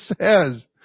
says